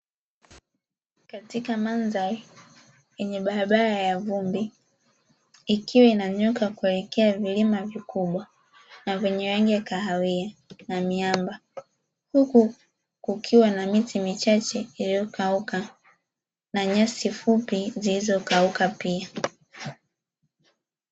Katika mandhari yenye barabara ya vumbi ikiwa inanyooka kuelekea vilima vikubwa vyenye rangi ya kahawia na miamba, huku kukiwa na miti michache iliyokauka na nyasi fupi zilizo kauka pia.